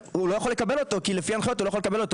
יכול לקבל אותו כי לפי ההנחיות הוא לא יכול לקבל אותו.